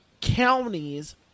counties